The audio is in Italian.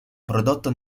prodotto